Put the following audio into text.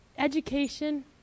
Education